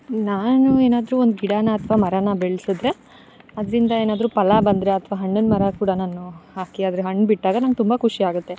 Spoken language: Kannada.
ನಾನು ಏನಾದರು ಒಂದು ಗಿಡ ಅಥ್ವ ಮರನ ಬೆಳೆಸಿದ್ರೆ ಅದರಿಂದ ಏನಾದ್ರು ಫಲ ಬಂದ್ರೆ ಅಥ್ವ ಹಣ್ಣನ್ನು ಮರ ಕೂಡ ನಾನು ಹಾಕಿ ಅದರ ಹಣ್ಣು ಬಿಟ್ಟಾಗ ನಂಗೆ ತುಂಬ ಖುಶಿ ಆಗುತ್ತೆ